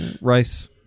rice